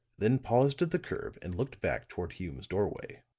then paused at the curb and looked back toward hume's doorway.